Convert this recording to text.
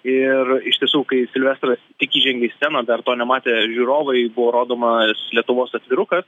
ir iš tiesų kai silvestras tik įžengė į sceną dar to nematė žiūrovai buvo rodomas lietuvos atvirukas